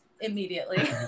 immediately